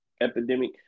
epidemic